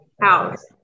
house